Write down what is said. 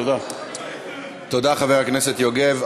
תודה, חבר הכנסת יוגב.